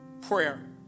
prayer